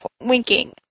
winking